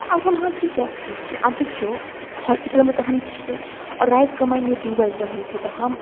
तऽ आब हम अहाँ कि कऽ सकै छिए आब देखिऔ हॉस्पिटलमे तऽ हम छिए आओर रातिके मानि लिअऽ दुइ बाजि रहल छै तऽ हम